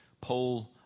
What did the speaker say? poll